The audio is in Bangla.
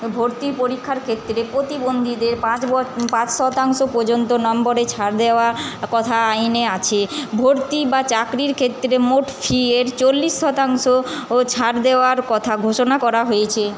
ভর্তির পরীক্ষার ক্ষেত্রে প্রতিবন্ধিদের পাঁচ বছ পাঁচ শতাংশ পর্যন্ত নম্বরে ছাড় দেওয়ার কথা আইনে আছে ভর্তি বা চাকরির ক্ষেত্রে মোট ফিয়ের চল্লিশ শতাংশও ছাড় দেওয়ার কথা ঘোষণা করা হয়েছে